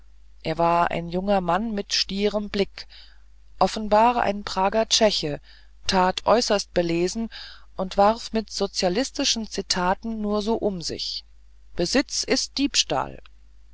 er war ein junger mann mit stierem blick offenbar ein prager tscheche tat äußerst belesen und warf mit sozialistischen zitaten nur so um sich besitz ist diebstahl